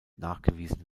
nachgewiesen